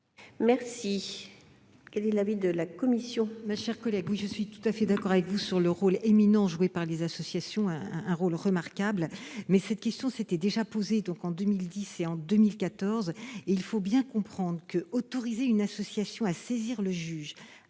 efficace. Quel est l'avis de la commission ?